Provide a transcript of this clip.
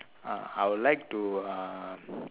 ah I would like to uh